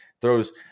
throws